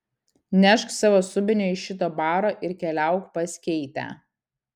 nešk savo subinę iš šito baro ir keliauk pas keitę